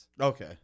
Okay